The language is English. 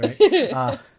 right